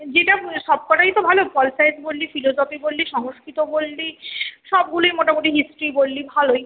যেটা সবকটাই তো ভালো পল সায়েন্স বললি ফিলোজফি বললি সংস্কৃত বললি সবগুলোই মোটামুটি হিস্ট্রি বললি ভালোই